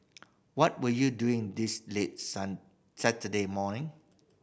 what were you doing this late sun Saturday morning